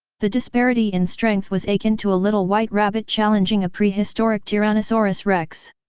the disparity in strength was akin to a little white rabbit challenging a prehistoric tyrannosaurus rex.